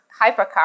hypercar